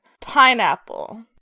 pineapple